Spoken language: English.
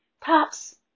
Pops